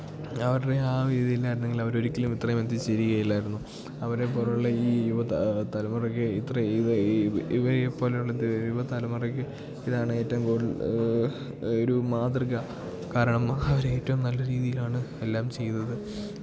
അവരുടെ ആ ഒരു ഇത് ഇല്ലായിരുന്നെങ്കിൽ അവർ ഒരിക്കലും ഇത്രയും എത്തിച്ചേരുക ഇല്ലായിരുന്നു അവരെ പോലെയുള്ള ഈ യുവ തലമുറയ്ക്ക് ഇത്ര ഇത് ഈ ഇവയെ പോലെയുള്ളത് യുവതലമുറയ്ക്ക് ഇതാണ് ഏറ്റവും കൂടുതൽ ഒരു മാതൃക കാരണം അവർ ഏറ്റവും നല്ല രീതിയിലാണ് എല്ലാം ചെയ്തത്